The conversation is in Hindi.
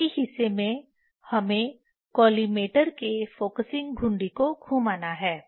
बाकी हिस्से में हमें कॉलिमेटर के फ़ोकसिंग घुंडी को घुमाना है